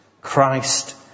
Christ